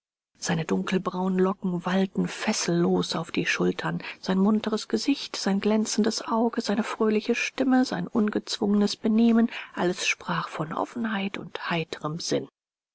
seine dunkelbraunen locken wallten fessellos auf die schultern sein munteres gesicht sein glänzendes auge seine fröhliche stimme sein ungezwungenes benehmen alles sprach von offenheit und heiterm sinn